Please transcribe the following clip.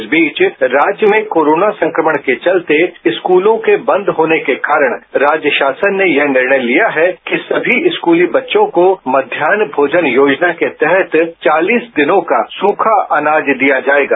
इस बीच राज्य में कोरोना संक्रमण के चलते स्कूलों के बंद होने के कारण राज्य शासन ने यह निर्णय लिया है कि सभी स्कूली बच्चों को मध्याह भोजन योजना के तहत चालीस दिनों का सूखा अनाज दिया जाएगा